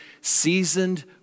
seasoned